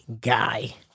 guy